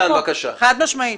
חד-משמעית.